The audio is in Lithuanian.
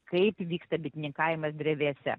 kaip vyksta bitininkavimas drevėse